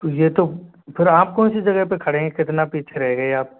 तो ये तो फिर आप को कौन सी जगह पर खड़े हैं कितना पीछे रह गए आप